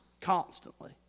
constantly